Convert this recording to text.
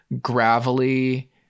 gravelly